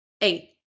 Eight